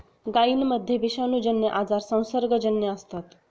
गायींमध्ये विषाणूजन्य आजार संसर्गजन्य असतात